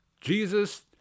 Jesus